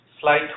Slide